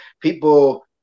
People